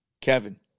Kevin